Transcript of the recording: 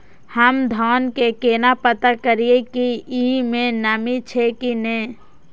हम धान के केना पता करिए की ई में नमी छे की ने?